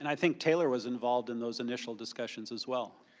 and i think taylor was involved in those initial discussions as well.